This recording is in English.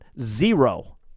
Zero